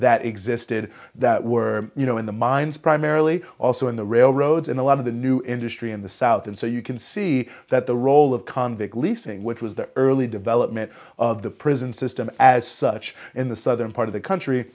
that existed that were you know in the mines primarily also in the railroads and a lot of the new industry in the south and so you can see that the role of convict leasing which was the early development of the prison system as such in the southern part of the country